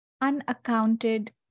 unaccounted